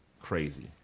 crazy